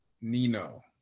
nino